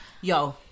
yo